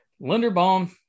Linderbaum